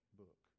book